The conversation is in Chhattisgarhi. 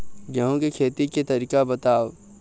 गेहूं के खेती के तरीका बताव?